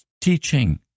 teaching